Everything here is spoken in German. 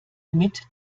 mit